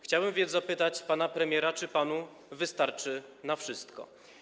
Chciałbym więc zapytać pana premiera, czy panu wystarczy na wszystko.